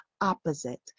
opposite